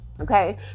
okay